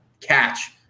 catch